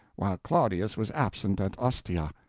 while claudius was absent at ostia,